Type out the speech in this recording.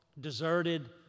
deserted